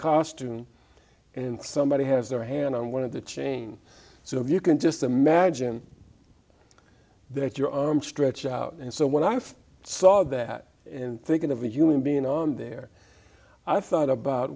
costume and somebody has their hand on one of the chain so you can just imagine that your arms stretch out and so when i st saw that and thinking of a human being on there i thought about